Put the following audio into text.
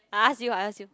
I ask you I ask you